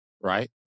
right